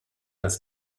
dass